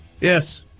Yes